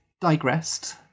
digressed